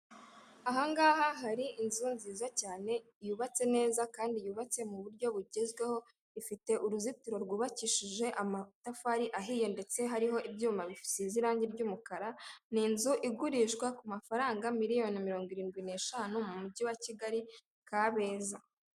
Aha ngaha hari inzu nziza cyane yubatse neza kandi yubatse mu buryo bugezweho, ifite uruzitiro rwubakishije amatafari ahiye ndetse hariho ibyuma bisize irangi ry'umukara, ni inzu igurishwa ku mafaranga miliyoni mirongo irindwi n'eshanu mu Mujyi wa Kigali Kabeza.